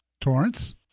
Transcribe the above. Torrance